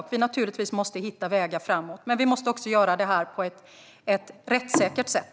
Vi måste naturligtvis hitta vägar framåt, men vi måste också göra det på ett rättssäkert sätt.